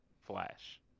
flash